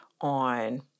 on